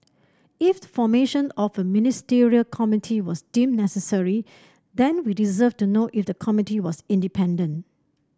if the formation of a Ministerial Committee was deemed necessary then we deserve to know if the committee was independent